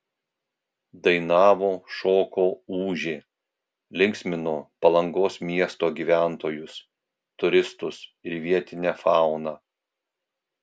dainavo šoko ūžė linksmino palangos miesto gyventojus turistus ir vietinę fauną